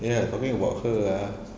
ya talking about her ah